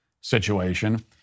situation